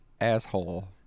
asshole